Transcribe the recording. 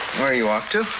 where are you off to?